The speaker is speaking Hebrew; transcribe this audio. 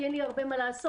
כי אין לי הרבה מה לעשות.